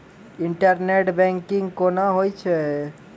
Internet banking कोना होय छै?